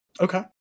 Okay